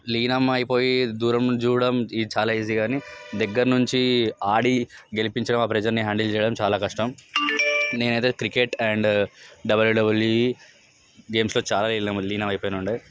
లీనమైపోయి దూరం నుంచి చూడడం చాలా ఈజీ కానీ దగ్గర్నుంచి ఆడి గెలిపించడం అనేది చాలా కష్టం నేనైతే క్రికెట్ అండ్ డబ్ల్యుడబ్ల్యు గేమ్స్లో చాలా లీనమైపోయి ఉంటా